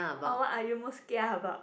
or what are you most kia about